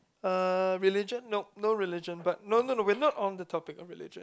uh religion nope no religion but no no no we're not on the topic of religion